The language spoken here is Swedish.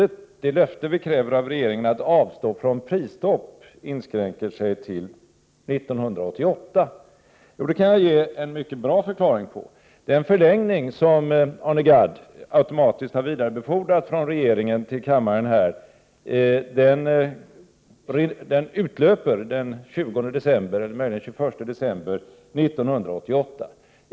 1987/88:47 regeringen om att den skall avstå från prisstopp inskränker sig till 1988. Jo, 17 december 1987 det kan jag ge en mycket bra förklaring till. Den begäran om förlängningsSOom — Yjsbomnmickonnl Arne Gadd automatiskt har vidarebefordrat från regeringen till kammaren utlöper den 20, möjligen den 21, december 1988.